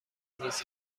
میز